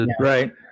right